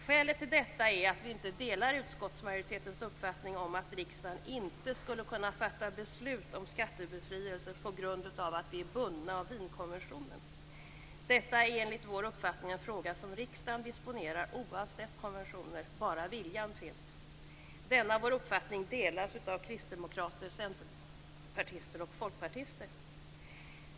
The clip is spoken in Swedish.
Skälet till detta är att vi inte delar utskottsmajoritetens uppfattning om att riksdagen inte skulle kunna fatta beslut om skattebefrielse på grund av att vi är bundna av Wienkonventionen. Detta är enligt vår uppfattning en fråga som riksdagen disponerar oavsett konventioner om bara viljan finns. Denna vår uppfattning delas av kristdemokrater, centerpartister och folkpartister.